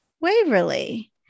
Waverly